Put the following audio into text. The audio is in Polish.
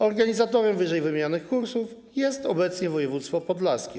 Organizatorem ww. kursów jest obecnie województwo podlaskie.